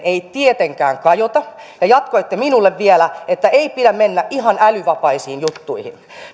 ei tietenkään kajota ja jatkoitte minulle vielä että ei pidä mennä ihan älyvapaisiin juttuihin